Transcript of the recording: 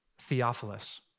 Theophilus